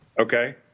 okay